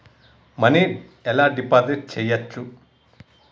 Money ఎలా deposit చేయచ్చు?